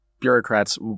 bureaucrats